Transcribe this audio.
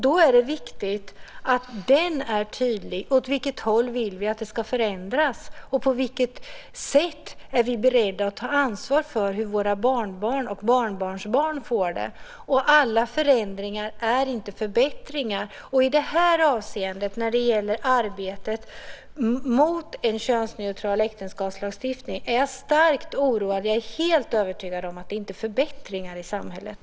Då är det viktigt att det är tydligt åt vilket håll vi vill att det ska förändras. På vilket sätt är vi beredda att ta ansvar för hur våra barnbarn och barnbarnsbarn får det? Alla förändringar är inte förbättringar. I det här avseendet, när det gäller arbetet mot en könsneutral äktenskapslagstiftning, är jag starkt oroad. Jag är helt övertygad om att det inte medför förbättringar i samhället.